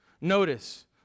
Notice